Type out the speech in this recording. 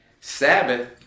Sabbath